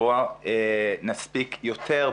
בואו נספיק יותר,